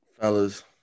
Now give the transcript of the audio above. Fellas